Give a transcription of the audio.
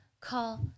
call